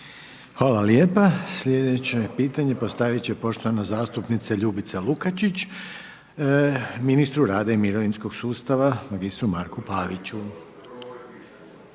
Hvala lijepa. Sljedeće pitanje postavit će poštovana zastupnica Ljubica Lukačić ministru rada i mirovinskog sustava, magistru Marku Paviću.